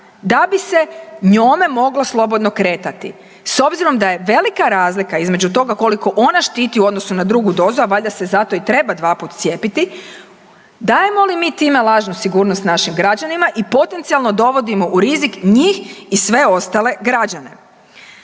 da bi se njome moglo slobodno kretati s obzirom da je velika razlika između toga koliko ona štiti u odnosu na drugu dozu, a valjda se zato i treba 2 puta cijepiti. Dajemo li time lažnu sigurnost našim građanima i potencijalno dovodimo u rizik njih i sve ostale građane?